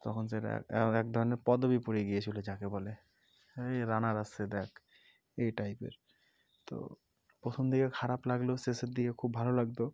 তখন সেটা এক আমার এক ধরনের পদবি পড়ে গিয়েছিল যাকে বলে এ ওই রানার আসছে দেখ এই টাইপের তো প্রথম দিকে খারাপ লাগলেও শেষের দিকে খুব ভালো লাগত